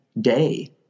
day